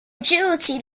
agility